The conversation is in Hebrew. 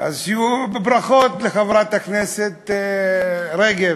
אז שיהיו ברכות לחברת הכנסת רגב.